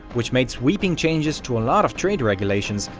which made sweeping changes to a lot of trade regulations,